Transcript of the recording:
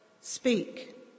Speak